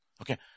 Okay